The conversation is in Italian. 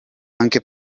anche